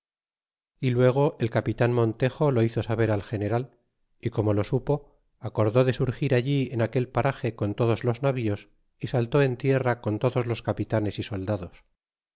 y luego el capitan montejo lo hizo saber al general y como lo supo acordó de surgir allí en aquel parage con todos los navíos y saltó en tierra con todos los capitanes y soldados